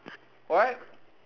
what